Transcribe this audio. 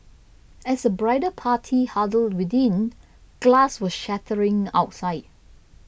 as the bridal party huddled within glass was shattering outside